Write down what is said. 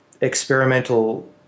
experimental